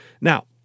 Now